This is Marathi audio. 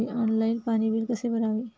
ऑनलाइन पाणी बिल कसे भरावे?